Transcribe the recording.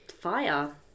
fire